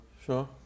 Sure